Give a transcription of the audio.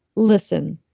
listen.